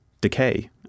decay